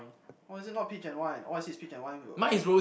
how is it not peach and wine all I see is peach and wine